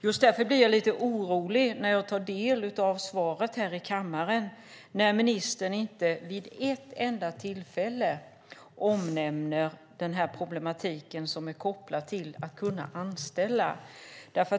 Just därför blir jag lite orolig när jag tar del av svaret här i kammaren då ministern inte vid ett enda tillfälle omnämner den problematik som är kopplad till möjligheten att anställa.